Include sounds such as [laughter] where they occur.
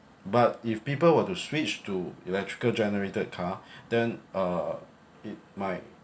but if people were to switch to electrical generated car [breath] then uh it might